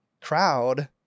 crowd